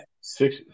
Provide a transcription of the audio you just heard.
Six